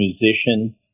musician